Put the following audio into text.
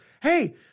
hey